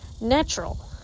natural